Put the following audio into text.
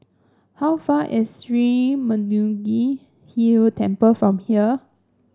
how far is Sri Murugan Hill Temple from here